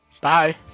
Bye